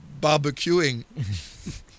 barbecuing